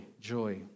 joy